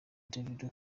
david